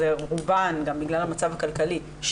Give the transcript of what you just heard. גם בגלל המצב הכלכלי,